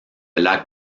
lac